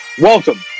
Welcome